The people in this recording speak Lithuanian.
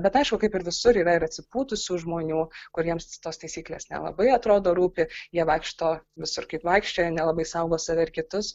bet aišku kaip ir visur yra ir atsipūtusių žmonių kuriems tos taisyklės nelabai atrodo rūpi jie vaikšto visur kaip vaikščiojo nelabai saugo save ir kitus